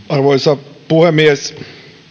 arvoisa puhemies